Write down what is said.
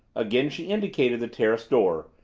again she indicated the terrace door,